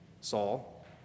Saul